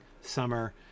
summer